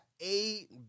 eight